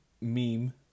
meme